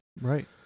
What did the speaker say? Right